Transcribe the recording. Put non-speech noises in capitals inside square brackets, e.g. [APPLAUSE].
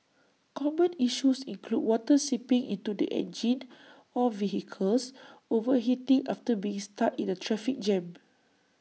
common issues include water seeping into the engine or vehicles overheating after being stuck in A traffic jam [NOISE]